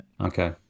Okay